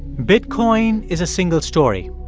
bitcoin is a single story.